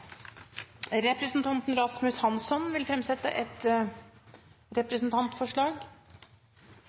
Representanten Rasmus Hansson vil fremsette et representantforslag.